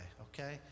okay